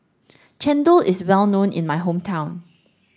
Chendol is well known in my hometown